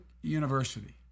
university